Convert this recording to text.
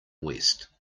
west